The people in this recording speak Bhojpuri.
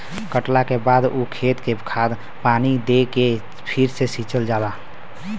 कटला के बाद ऊ खेत के खाद पानी दे के फ़िर से सिंचल जाला